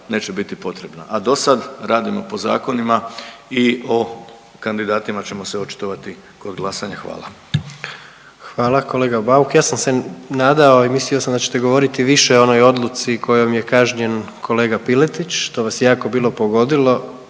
neće biti potrebna. A do sad radimo po zakonima i o kandidatima ćemo se očitovati kod glasanja. Hvala. **Jandroković, Gordan (HDZ)** Hvala kolega Bauk. Ja sam se nadao i mislio sam da ćete govoriti više o onoj odluci kojom je kažnjen kolega Piletić, to vas je jako bilo pogodilo,